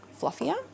fluffier